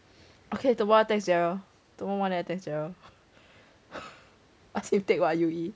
okay the tomorrow I text gerald tomorrow morning I text gerald ask him take what U_E